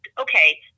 Okay